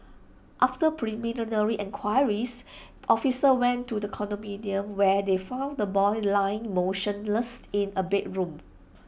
after preliminary enquiries officers went to the condominium where they found the boy lying motionless in A bedroom